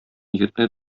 егетне